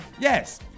Yes